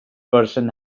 person